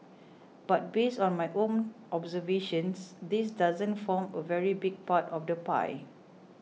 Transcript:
but based on my own observations this doesn't form a very big part of the pie